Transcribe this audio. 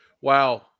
Wow